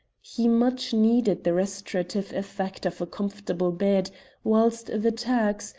he much needed the restorative effect of a comfortable bed whilst the turks,